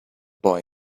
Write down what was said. boy